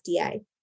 FDA